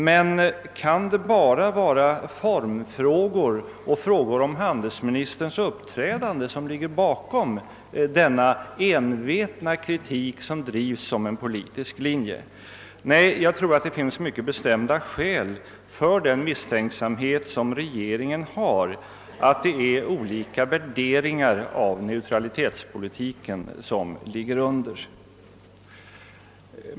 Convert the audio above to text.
Men kan det bara vara formfrågor och frågor om handelsministerns upp trädande som ligger bakom den envetna kritik som drivs som en politisk linje? Nej, jag tror att det finns mycket bestämt fog för den misstänksamhet som regeringen hyser om att det är olika värderingar av neutralitetspolitiken som ligger under.